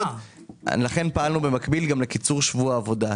לכן פעלנו במקביל גם לקיצור שבוע העבודה.